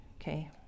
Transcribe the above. okay